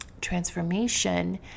transformation